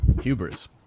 Hubris